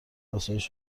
افزایش